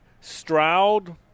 Stroud